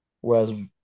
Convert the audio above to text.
Whereas